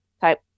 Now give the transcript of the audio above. type